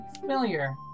familiar